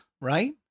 right